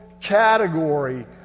category